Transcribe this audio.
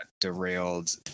derailed